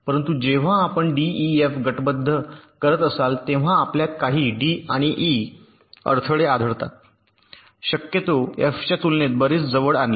परंतु जेव्हा आपण डी ई एफ गटबद्ध करत असाल तेव्हा आपल्यात काही डी आणि ई अडथळे आढळतात शक्यतो एफ च्या तुलनेत बरेच जवळ आणले